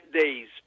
days